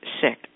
sick